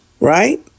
right